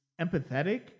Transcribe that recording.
empathetic